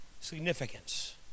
significance